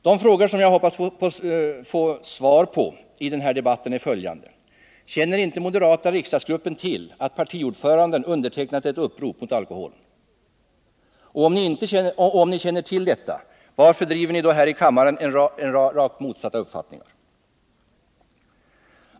De frågor jag hoppas få svar på i den här debatten är följande: Känner inte den moderata riksdagsgruppen till att partiordföranden undertecknat ett upprop mot alkoholen? Och om ni känner till detta, varför driver ni här i kammaren rakt motsatta uppfattningar?